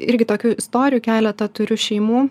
irgi tokių istorijų keletą turiu šeimų